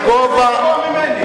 הוא יהיה יותר גבוה ממני.